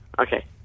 Okay